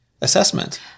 assessment